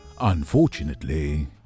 Unfortunately